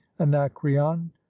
anacreon